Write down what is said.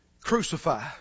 Crucify